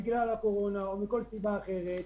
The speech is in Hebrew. בגלל הקורונה או מכול סיבה אחרת,